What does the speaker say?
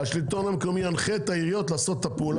השלטון המקומי ינחה את העיריות לעשות את הפעולה הזאת?